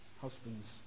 husbands